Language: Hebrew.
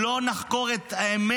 אם לא נחקור את האמת,